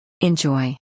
Enjoy